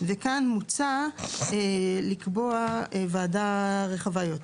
וכאן מוצע לקבוע ועדה רחבה יותר,